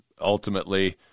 ultimately